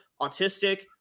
autistic